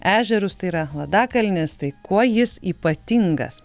ežerus tai yra ladakalnis tai kuo jis ypatingas